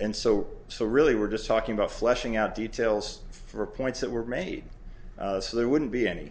and so so really we're just talking about fleshing out details for points that were made so there wouldn't be any